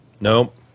Nope